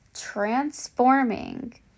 transforming